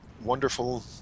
wonderful